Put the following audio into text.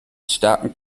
starken